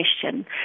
question